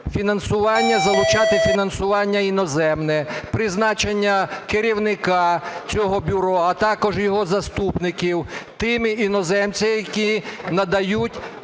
фінансування, залучати фінансування іноземне, призначення керівника цього бюро, а також його заступників тими іноземцями, які надають